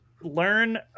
learn